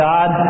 God